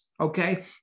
Okay